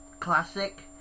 classic